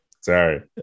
Sorry